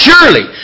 Surely